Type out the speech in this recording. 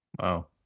wow